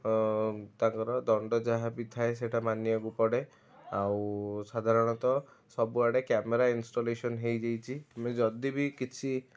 ଅ ତାଙ୍କର ଦଣ୍ଡ ଯାହା ବି ଥାଏ ସେଇଟା ମାନିବାକୁ ପଡ଼େ ଆଉ ସାଧାରଣତଃ ସବୁଆଡ଼େ କ୍ୟାମେରା ଉନଷ୍ଟଲେସନ୍ ହେଇଯାଇଛି ଆମେ ଯଦି ବି କିଛି